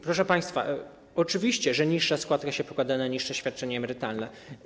Proszę państwa, oczywiście, że niższa składka przekłada się na niższe świadczenie emerytalne.